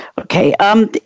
Okay